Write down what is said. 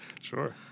Sure